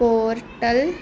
portal